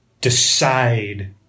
decide